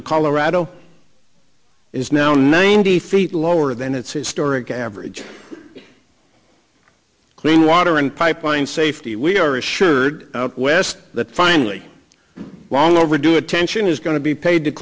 the colorado is now ninety feet lower than its historic average clean water and pipeline safety we are assured out west that finally long overdue attention is going to be paid to